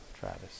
Travis